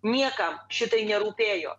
niekam šitai nerūpėjo